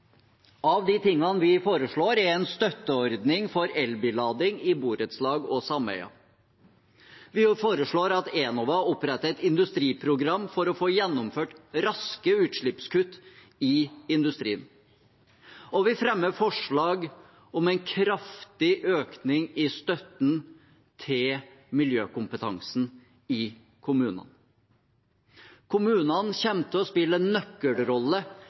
Av de tingene vi foreslår, er en støtteordning for elbillading i borettslag og sameier. Vi foreslår at Enova oppretter et industriprogram for å få gjennomført raske utslippskutt i industrien, og vi fremmer forslag om en kraftig økning i støtten til miljøkompetansen i kommunene. Kommunene kommer til å spille en nøkkelrolle